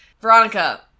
Veronica